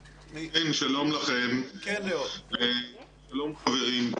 כן, שלום לכם, שלום, חברים.